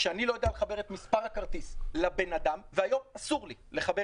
כשאני לא יודע לחבר את מספר הכרטיס לבן אדם והיום אסור לי לחבר